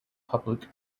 public